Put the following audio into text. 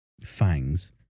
fangs